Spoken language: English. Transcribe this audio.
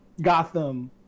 Gotham